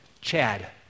Chad